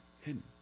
Hidden